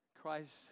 Christ